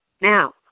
Now